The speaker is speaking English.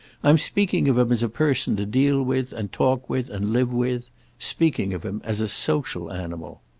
i'm speaking of him as a person to deal with and talk with and live with speaking of him as a social animal.